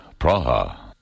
Praha